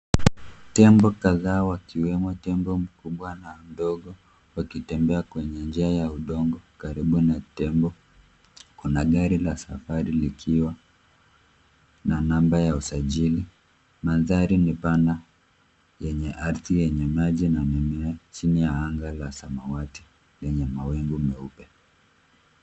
Tembo kadhaa wakiwemo tembo mkubwa na mdogo wakitembea kwenye njia ya udongo. Karibu na tembo, kuna gari la safari likiwa na namba ya usajili. Manthari ni pana yenye ardhi yenye maji na mimea chini ya anga la samawati lenye mawingu meupe.